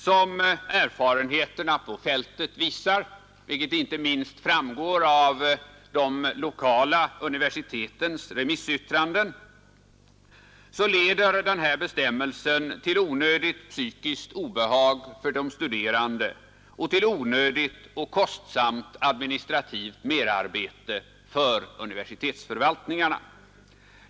Som erfarenheterna på fältet visar — vilket inte minst framgår av de lokala universitetens remissyttranden — leder denna bestämmelse till onödigt psykiskt obehag för de studerande och till onödigt och kostsamt administrativt merarbete för universitetsförvaltningarna.